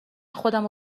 خودمو